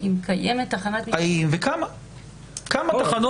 כמה תחנות